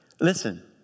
Listen